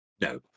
No